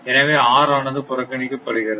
எனவே r ஆனது புறக்கணிக்கப்படுகிறது